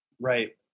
Right